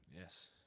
Yes